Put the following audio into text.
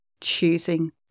Choosing